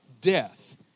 Death